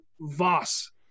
Voss